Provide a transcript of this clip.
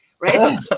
right